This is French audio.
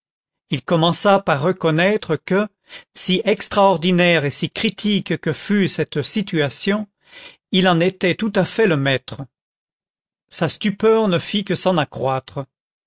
il commença par reconnaître que si extraordinaire et si critique que fût cette situation il en était tout à fait le maître sa stupeur ne fit que s'en accroître